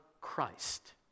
Christ